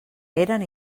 eren